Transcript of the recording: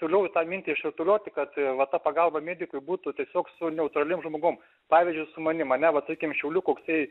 toliau tą mintį išrutulioti kad va ta pagalba medikui būtų tiesiog su neutralium žmogum pavyzdžiui su manim ane va tarkim šiaulių koksai